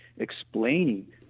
explaining